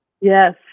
Yes